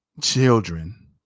children